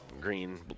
green